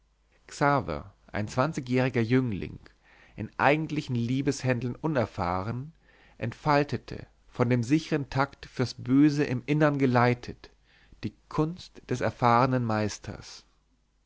ein zwanzigjähriger jüngling in eigentlichen liebeshändeln unerfahren entfaltete von dem sichern takt fürs böse im innern geleitet die kunst des erfahrenen meisters